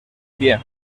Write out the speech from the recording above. pie